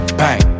bang